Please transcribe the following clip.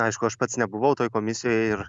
aišku aš pats nebuvau toj komisijoj ir